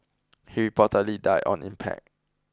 he reportedly died on impact